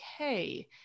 okay